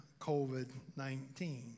COVID-19